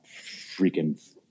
freaking